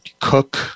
cook